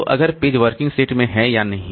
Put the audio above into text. तो अगर page working set में है या नहीं